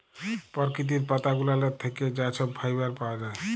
পরকিতির পাতা গুলালের থ্যাইকে যা ছব ফাইবার পাউয়া যায়